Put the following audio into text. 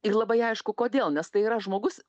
ir labai aišku kodėl nes tai yra žmogus